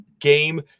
game